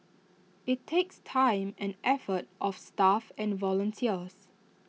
IT takes time and effort of staff and volunteers